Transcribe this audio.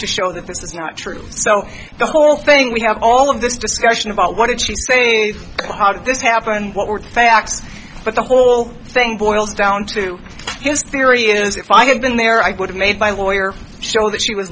to show that this is not true so the whole thing we have all of this discussion about what did she say how did this happen what were the facts but the whole thing boils down to his theory is if i had been there i would have made my lawyer show that she was